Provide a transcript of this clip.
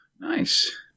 Nice